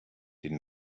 den